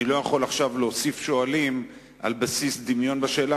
אני לא יכול עכשיו להוסיף שואלים על בסיס דמיון בשאלה,